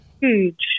Huge